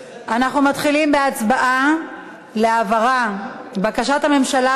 אנחנו מתחילים בהצבעה על בקשת הממשלה,